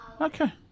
Okay